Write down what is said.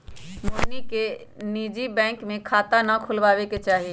मोहिनी के निजी बैंक में खाता ना खुलवावे के चाहि